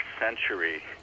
century